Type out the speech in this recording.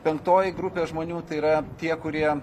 penktoji grupė žmonių tai yra tie kurie